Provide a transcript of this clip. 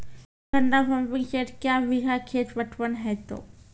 एक घंटा pumping set क्या बीघा खेत पटवन है तो?